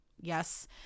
yes